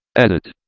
edit.